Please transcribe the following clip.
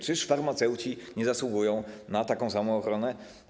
Czyż farmaceuci nie zasługują na taką samą ochronę?